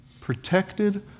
Protected